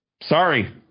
sorry